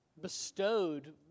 bestowed